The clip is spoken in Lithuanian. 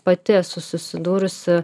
pati esu susidūrusi